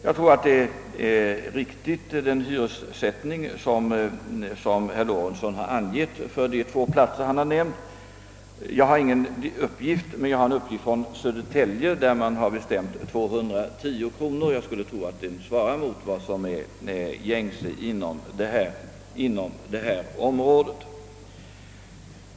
Jag tror emellertid att den hyressättning som herr Lorentzon har angivit för de två platser som han nämnde är riktig. Jag har ingen uppgift härom, men jag har en uppgift från Södertälje, där man bestämt hyran till 210 kronor per månad, och jag skulle tro att detta svarar mot vad som är gängse inom detta område.